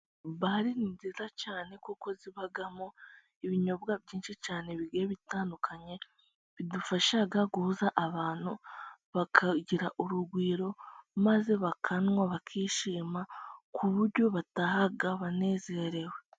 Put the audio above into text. Bare ni nziza cyane kuko zibamo ibinyobwa byinshi cyane bigiye bitandukanye, bidufasha guhuza abantu bakagira urugwiro, maze bakanywa bakishima ku buryo bataha banezerewe.